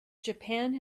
japan